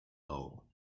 ill